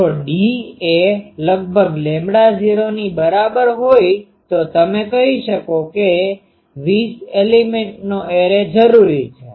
અને જો d એ લગભગ ૦ ની બરાબર હોઈ તો તમે કહી શકો કે 20 એલીમેન્ટનો એરે જરૂરી છે